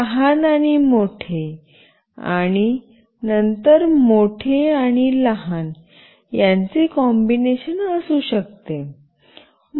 हे लहान आणि मोठे आणि नंतर मोठे आणि लहान यांचे कॉम्बिनेशन असू शकते